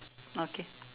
okay